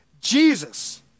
Jesus